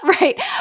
right